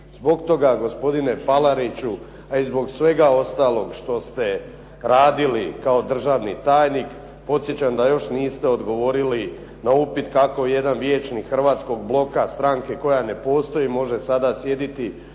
Zbog toga gospodine Palariću a i zbog svega ostaloga što ste radili kao državni tajnik, podsjećam da još niste odgovorili na upit kako jedan vijećnik Hrvatskog bloka, stranke koja ne postoji može sada sjediti